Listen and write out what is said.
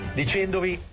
dicendovi